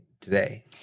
today